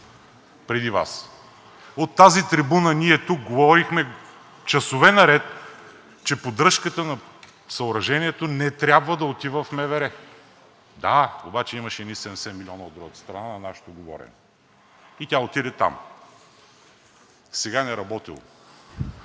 преди Вас. От тази трибуна ние тук говорихме часове наред, че поддръжката на съоръжението не трябва да отива в МВР. Да, обаче имаше едни 70 милиона от другата страна на нашето говорене и тя отиде там. Сега не работело.